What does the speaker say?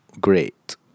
Great